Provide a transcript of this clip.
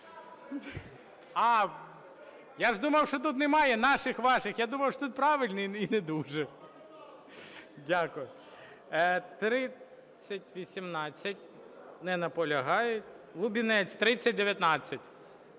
Я ж думав, що тут немає наших-ваших, я думав, що тут правильні і не дуже. (Шум у залі) Дякую. 3018. Не наполягає. Лубінець, 3019.